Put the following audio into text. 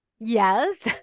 Yes